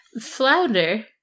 Flounder